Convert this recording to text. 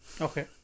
Okay